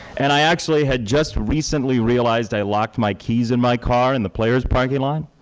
and i actually had just recently realized i locked my keys in my car in the player's parking lot,